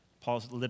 Paul's